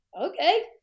okay